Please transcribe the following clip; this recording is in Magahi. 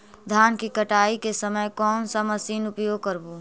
धान की कटाई के समय कोन सा मशीन उपयोग करबू?